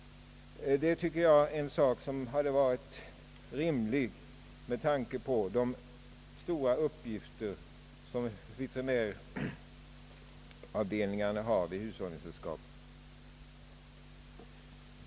Detta hade varit rimligt med tanke på de stora uppgifter veterinäravdelningarna vid hushållningssällskapen har.